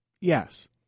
Yes